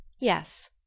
Yes